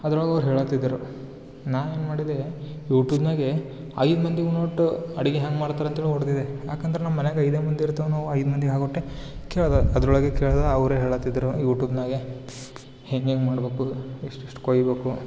ಅದ್ರೊಳಗೆ ಅವ್ರು ಹೇಳಾತಿದ್ರು ನಾ ಏನ್ಮಾಡಿದೆ ಯೂಟ್ಯೂಬ್ನಾಗೆ ಐದು ಮಂದಿ ಉಣ್ಣೋಷ್ಟ್ ಅಡ್ಗೆ ಹೆಂಗ್ಮಾಡ್ತಾರೆ ಅಂತೇಳಿ ಹೊಡ್ದಿದೆ ಯಾಕಂದ್ರೆ ನಮ್ಮ ಮನೆಯಾಗ ಐದೇ ಮಂದಿ ಇರ್ತೇವ್ ನಾವು ಐದು ಮಂದಿಗೆ ಆಗೋವಷ್ಟೆ ಕೇಳ್ದೆ ಅದ್ರೊಳಗೆ ಕೇಳ್ದೆ ಅವರೆ ಹೇಳಾತಿದ್ರು ಯೂಟ್ಯೂಬ್ನಾಗೆ ಹೆಂಗೆಂಗೆ ಮಾಡ್ಬೇಕು ಎಷ್ಟ್ ಎಷ್ಟ್ ಕೊಯ್ಬೇಕು